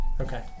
Okay